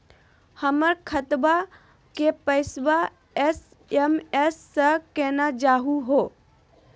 हमर खतवा के पैसवा एस.एम.एस स केना जानहु हो?